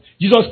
Jesus